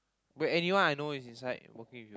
got anyone I know is inside working with